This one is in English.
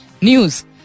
News